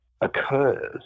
occurs